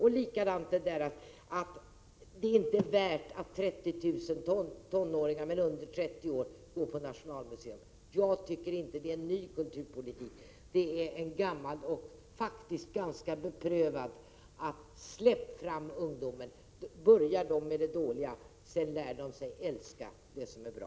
Det sägs att det inte är någonting värt att 30 000 ungdomar under 30 år går på Nationalmuseum. Det är ingen ny kulturpolitik. Det är en gammal och ganska beprövad metod att släppa fram ungdomar — börjar de med det dåliga, så lär de sig sedan att älska det som är bra.